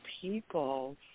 people